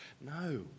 No